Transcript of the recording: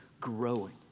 growing